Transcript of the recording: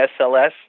SLS